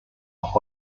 auch